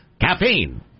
Caffeine